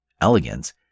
elegance